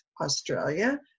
Australia